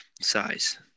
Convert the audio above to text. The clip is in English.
size